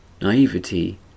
naivety